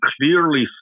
clearly